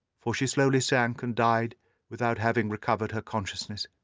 for she slowly sank and died without having recovered her consciousness.